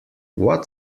what